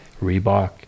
Reebok